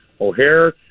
O'Hare